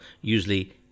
usually